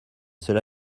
cela